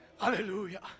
Hallelujah